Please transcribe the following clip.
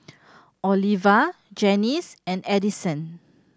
Oliva Janis and Addyson